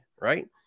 right